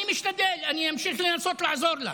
אני משתדל, אני אמשיך לנסות לעזור לה,